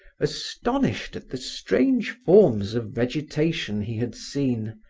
astonished at the strange forms of vegetation he had seen,